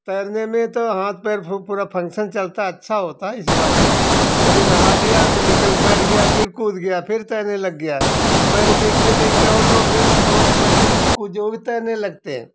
तैरने में तो हाथ पैर फू पूरा फंक्शन चला अच्छा होता है ऐसी बात है कभी नहा लिया फिर निकल बैठ गया फिर कूद गया फिर तैरने लग गया हमारे देखते देखते और लोग भी पड़ोसी बच्चे वच्चे वो भी तैरने लगते हैं